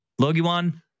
Logiwan